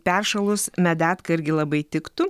peršalus medetka irgi labai tiktų